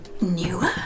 newer